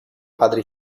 padri